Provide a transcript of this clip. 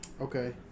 Okay